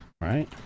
right